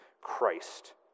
Christ